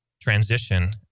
transition